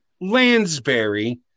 Lansbury